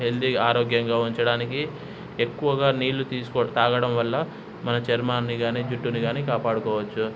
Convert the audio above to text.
healthy ఆరోగ్యంగా ఉంచడానికి ఎక్కువగా నీళ్లు తీసుకో తాగడం వల్ల మన చర్మాన్ని కాని చుట్టూను కాని కాపాడుకోవచ్చు